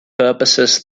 purposes